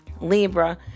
Libra